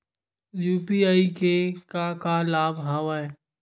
UPI के का का लाभ हवय?